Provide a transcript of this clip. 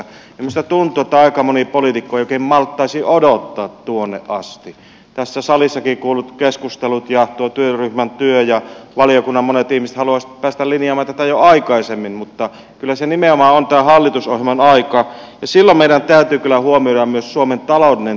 minusta tuntuu että aika moni poliitikko ei oikein malttaisi odottaa tuonne asti tässä salissakin kuullut keskustelut ja tuo työryhmän työ ja valiokunnan monet ihmiset haluaisivat päästä linjaamaan tätä jo aikaisemmin mutta kyllä se nimenomaan on tämä hallitusohjelman aika ja silloin meidän täytyy kyllä huomioida myös suomen taloudellinen tilanne